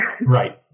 right